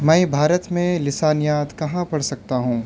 میں بھارت میں لسانیات کہاں پڑھ سکتا ہوں